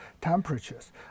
temperatures